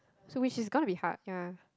so which is gonna be hard ya